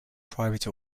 private